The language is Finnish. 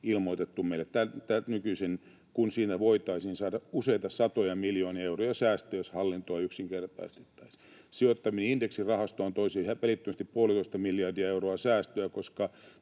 ilmoitettu meille nykyisin oleva, kun siinä voitaisiin saada useita satoja miljoonia euroja säästöä, jos hallintoa yksinkertaistettaisiin. Sijoittaminen indeksirahastoon toisi välittömästi puolitoista miljardia euroa säästöä,